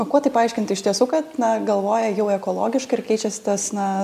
o kuo tai paaiškint iš tiesų kad na galvoja jau ekologiškai ir keičiasi tas na